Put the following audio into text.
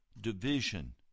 Division